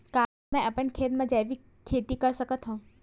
का मैं अपन खेत म जैविक खेती कर सकत हंव?